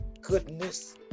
goodness